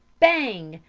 bang!